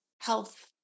health